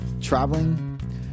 traveling